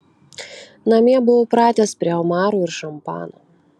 namie buvau pratęs prie omarų ir šampano